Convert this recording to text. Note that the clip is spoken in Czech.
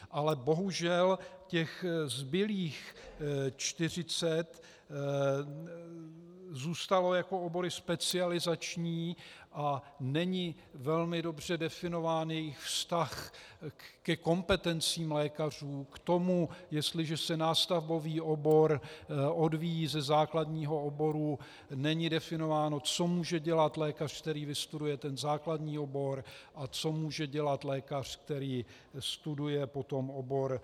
Ale bohužel těch zbylých 40 zůstalo jako obory specializační a není velmi dobře definován jejich vztah ke kompetencím lékařů, k tomu, jestliže se nástavbový obor odvíjí ze základního oboru, není definováno, co může dělat lékař, který vystuduje ten základní obor, a co může dělat lékař, který studuje potom obor nástavbový.